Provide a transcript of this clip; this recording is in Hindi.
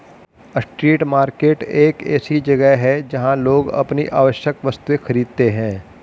स्ट्रीट मार्केट एक ऐसी जगह है जहां लोग अपनी आवश्यक वस्तुएं खरीदते हैं